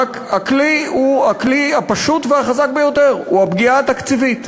הכלי הוא הפשוט והחזק ביותר, הפגיעה התקציבית.